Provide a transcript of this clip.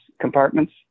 compartments